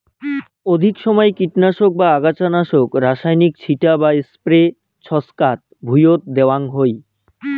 অধিক সমাই কীটনাশক বা আগাছানাশক রাসায়নিক ছিটা বা স্প্রে ছচকাত ভুঁইয়ত দ্যাওয়াং হই